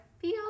feel